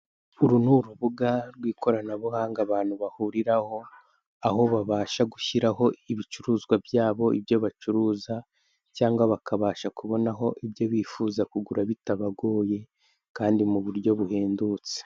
Uru ni urubuga rw'ikoranabuhanga abantu bahuriraho, aho babasha gushyiraho ibicuruzwa byabo, ibyo bacuruza cyangwa bakabasha kubonaho ibyo bifuza kugura bitabagoye kandi mu buryo buhendutse.